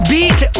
Beat